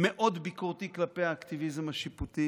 והוא מאוד ביקורתי כלפי האקטיביזם השיפוטי,